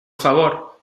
favor